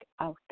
out